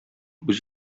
үзе